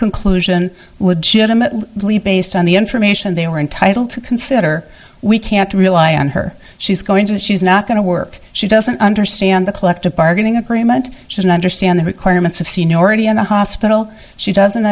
conclusion legitimately based on the information they were entitled to consider we can't rely on her she's going to she's not going to work she doesn't understand the collective bargaining agreement should understand the requirements of seniority in a hospital she doesn't